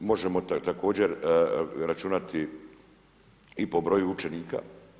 Možemo također računati i po broju učenika.